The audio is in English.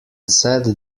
said